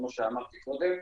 כמו שאמרתי קודם,